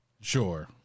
Sure